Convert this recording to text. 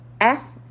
Ask